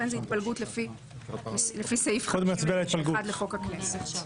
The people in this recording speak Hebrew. זו התפלגות לפי סעיף 59(1) לחוק הכנסת.